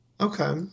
okay